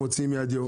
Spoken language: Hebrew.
של הדיו,